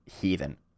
heathen